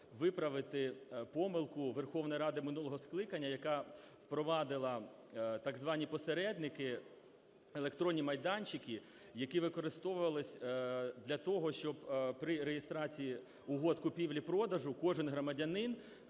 виправити помилку Верховної Ради минулого скликання, яка впровадила так звані посередники - електронні майданчики, які використовувались для того, щоб при реєстрації угод купівлі-продажу кожен громадянин,